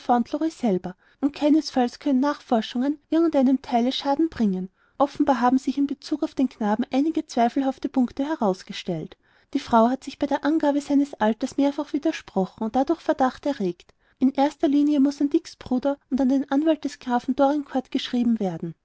selber und keinesfalls können nachforschungen irgend einem teile schaden bringen offenbar haben sich in bezug auf den knaben einige zweifelhafte punkte herausgestellt die frau hat sich bei der angabe seines alters mehrfach widersprochen und dadurch verdacht erregt in erster linie muß an dicks bruder und an den anwalt des grafen dorincourt geschrieben werden